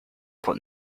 but